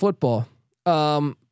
football